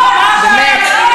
באמת.